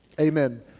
Amen